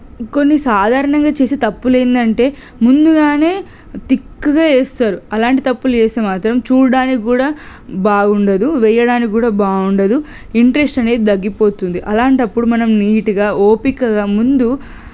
కొన్ని సాధారణంగా చేసే తప్పులు ఏంటంటే ముందుగానే తిక్కగా వేస్తారు అలాంటి తప్పులు చేస్తే మాత్రం చూడడానికి కూడా బాగుండదు వెయ్యడానికి కూడా బాగుండదు ఇంట్రెస్ట్ అనేది తగ్గిపోతుంది అలాంటప్పుడు మనం నీట్గా ఓపికగా ముందు